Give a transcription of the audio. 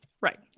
right